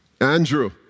Andrew